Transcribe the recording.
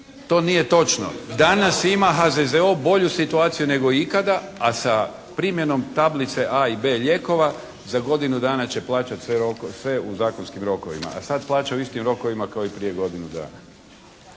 To nije točno. Danas ima HZZO bolju situaciju nego ikada, a sa primjenom tablice A i B lijekova za godinu dana će plaćati sve u zakonskim rokovima, a sad plaća u istim rokovima kao i prije godinu dana.